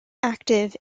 active